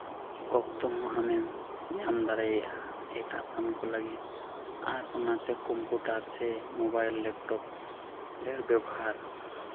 ᱚᱠᱛᱚ ᱦᱚᱸ ᱟᱢᱮᱢ ᱧᱟᱢ ᱫᱟᱲᱮᱭᱟᱜᱼᱟ ᱮᱴᱟᱜ ᱠᱟᱹᱢᱤ ᱠᱚ ᱞᱟᱹᱜᱤᱫ ᱟᱨ ᱚᱱᱟᱛᱮ ᱠᱚᱢᱯᱩᱴᱟᱨ ᱥᱮ ᱢᱳᱵᱟᱭᱤᱞ ᱞᱮᱯᱴᱚᱯ ᱰᱷᱮᱹᱨ ᱵᱮᱵᱚᱦᱟᱨ